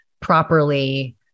properly